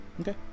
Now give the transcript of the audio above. Okay